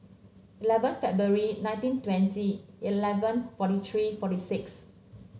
eleven February nineteen twenty eleven forty three forty six